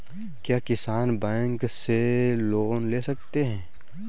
क्या किसान बैंक से लोन ले सकते हैं?